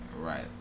right